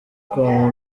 kwa